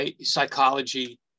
psychology